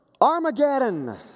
Armageddon